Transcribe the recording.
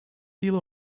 deal